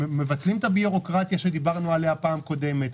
מבטלים את הבירוקרטיה שדיברנו עליה פעם קודמת?